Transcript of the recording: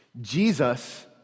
Jesus